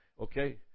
Okay